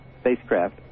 spacecraft